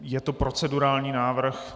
Je to procedurální návrh.